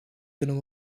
kunnen